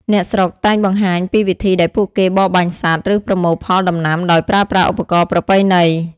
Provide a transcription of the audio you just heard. អ្នកស្រុកតែងបង្ហាញពីវិធីដែលពួកគេបរបាញ់សត្វ ឬប្រមូលផលដំណាំដោយប្រើប្រាស់ឧបករណ៍ប្រពៃណី។